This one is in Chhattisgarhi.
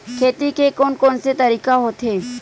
खेती के कोन कोन से तरीका होथे?